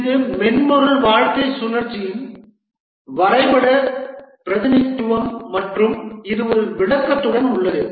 இது மென்பொருள் வாழ்க்கைச் சுழற்சியின் வரைபட பிரதிநிதித்துவம் மற்றும் இது ஒரு விளக்கத்துடன் உள்ளது